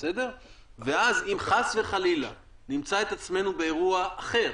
ואז אם חס וחלילה נמצא את עצמנו באירוע אחר